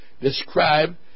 describe